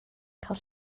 cael